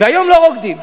והיום לא רוקדים.